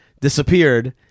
disappeared